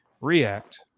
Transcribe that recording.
react